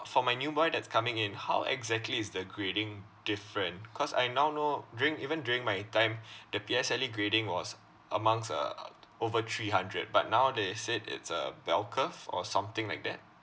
for my new boy that's coming in how exactly is the grading different cause I now know during even during my time the P_S_L_E grading was amongst uh over three hundred but now they said it's a bell curve or something like that